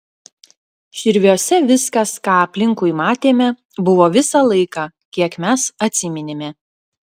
širviuose viskas ką aplinkui matėme buvo visą laiką kiek mes atsiminėme